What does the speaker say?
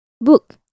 book